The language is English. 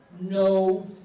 No